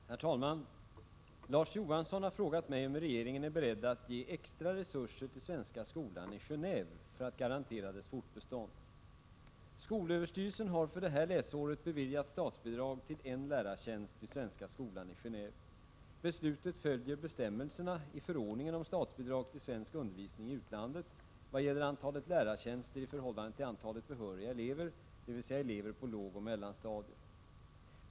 Herr talman! Larz Johansson har frågat mig om regeringen är beredd att ge extra resurser till svenska skolan i Gené&ve för att garantera dess fortbestånd. Skolöverstyrelsen har för innevarande läsår beviljat statsbidrag till en lärartjänst vid svenska skolan i Gen&ve. Beslutet följer bestämmelserna i förordningen om statsbidrag till svensk undervisning i utlandet, vad gäller antalet lärartjänster i förhållande till antalet behöriga elever, dvs. elever på lågoch mellanstadiet.